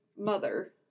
mother